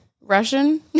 Russian